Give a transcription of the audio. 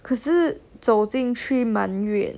可是走进去蛮远